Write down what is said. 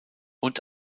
und